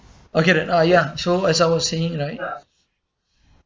okay then ah ya so as I was saying right